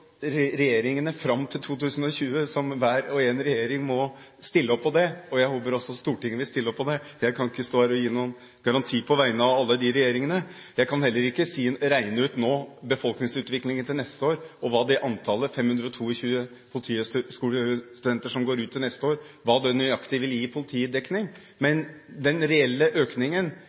regjeringene fram mot 2020 – hver og én – som må stille opp på det. Jeg håper også Stortinget vil stille opp på det. Jeg kan ikke stå her og gi noen garanti på vegne av alle de regjeringene. Jeg kan heller ikke nå regne ut befolkningsutviklingen til neste år og hva de 522 politihøyskolestudenter som går ut til neste år, nøyaktig vil gi i politidekning. Men den reelle økningen,